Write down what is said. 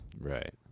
Right